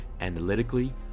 analytically